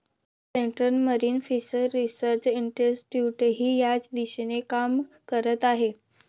central Marine Fishers Research इन्स्टिट्यूटही याच दिशेने काम करत आहे